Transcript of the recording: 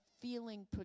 feeling